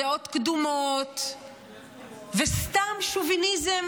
דעות קדומות וסתם שוביניזם